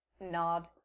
nod